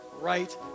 right